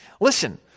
Listen